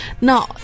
Now